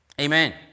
Amen